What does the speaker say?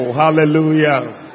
hallelujah